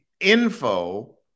Info